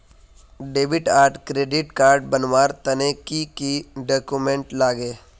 Debit आर credit card बनवार तने की की डॉक्यूमेंट लागे?